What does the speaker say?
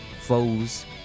foes